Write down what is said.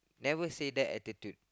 never say that attitude